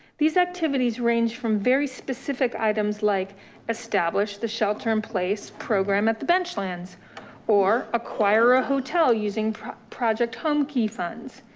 these activities range from very specific items like establish the shelter in place program at the bench lands or acquire a hotel using project home key funds.